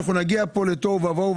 אנחנו נגיע לתוהו ובוהו,